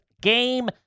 Game